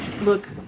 Look